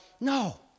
No